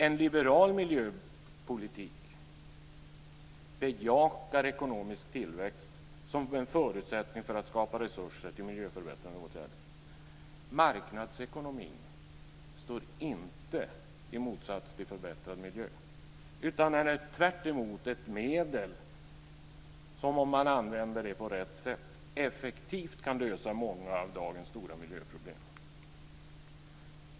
En liberal miljöpolitik bejakar ekonomisk tillväxt som en förutsättning för att skapa resurser till miljöförbättrande åtgärder. Marknadsekonomin står inte i motsats till förbättrad miljö. Den är tvärtemot ett medel som om det används på rätt sätt effektivt kan lösa många av dagens stora miljöproblem.